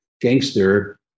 gangster